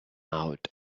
out